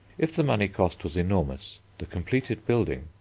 if the money cost was enormous, the completed building,